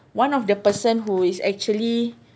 one of the person who is actually